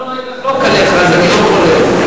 אני לא נוהג לחלוק עליך אז אני לא חולק.